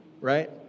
right